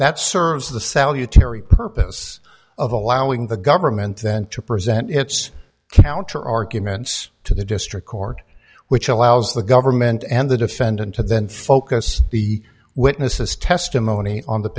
that serves the salutary purpose of allowing the government then to present its counter arguments to the district court which allows the government and the defendant to then focus the witness's testimony on th